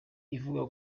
ivuga